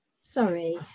Sorry